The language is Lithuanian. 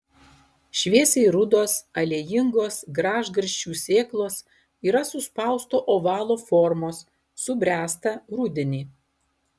šviesiai rudos aliejingos gražgarsčių sėklos yra suspausto ovalo formos subręsta rudenį